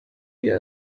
wir